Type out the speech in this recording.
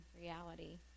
reality